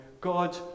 god